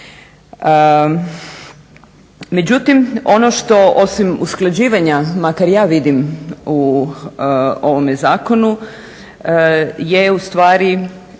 Međutim, ono što osim usklađivanja makar ja vidim u ovome zakonu je ustvari